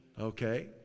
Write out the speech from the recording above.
okay